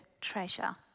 treasure